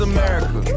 America